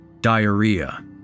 Diarrhea